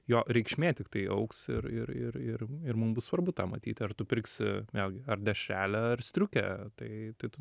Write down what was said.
jo reikšmė tiktai augs ir ir ir ir ir mum bus svarbu tą matyti ar tu pirksi vėlgi ar dešrelę ar striukę tai tai tu